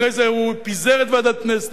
אחרי זה הוא פיזר את ועדת-פלסנר,